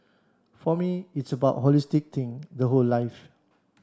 for me it's about holistic thing the whole life